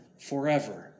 forever